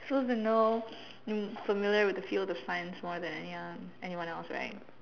supposed to know um familiar with the field of science more than anyone uh anyone else right